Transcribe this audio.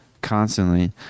constantly